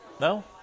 No